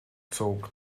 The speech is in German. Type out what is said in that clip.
zog